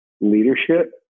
leadership